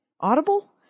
Audible